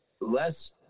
Less